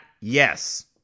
yes